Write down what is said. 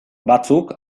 batzuk